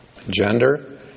Gender